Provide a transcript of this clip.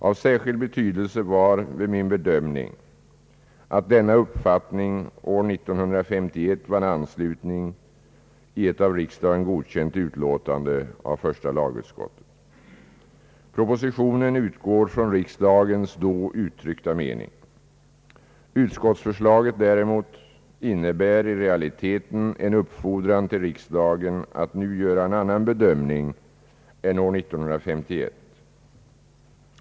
Av särskild betydelse var vid min bedömning att denna uppfattning år 1951 vann anslutning i ett av riksdagen godkänt utlåtande av första lagutskottet. Propositionen utgår från riksdagens då uttryckta mening. Utskottsförslaget däremot innebär i realiteten en uppfordran till riksdagen att nu göra en annan bedömning än år 1951.